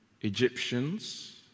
Egyptians